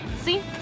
See